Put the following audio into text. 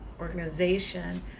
organization